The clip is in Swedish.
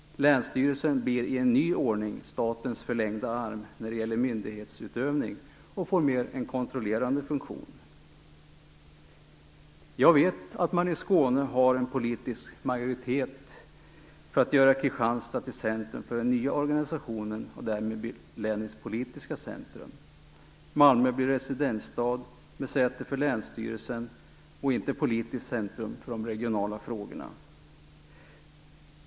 Länsstyrelsen blir i en ny ordning statens förlängda arm när det gäller myndighetsutövning och får en mer kontrollerande funktion. Jag vet att det i Skåne finns en politisk majoritet för att göra Kristianstad till centrum för den nya organisationen och därmed länets politiska centrum. Malmö blir residensstad med säte för länsstyrelsen och inte politiskt centrum för de regionala frågorna.